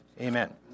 Amen